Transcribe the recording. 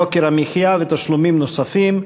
יוקר המחיה ותשלומים נוספים.